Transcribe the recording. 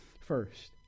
first